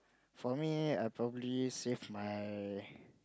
for me I probably save my